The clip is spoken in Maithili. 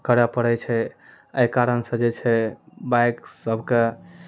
करए पड़ै छै एहि कारण सऽ जे छै बाइक सबके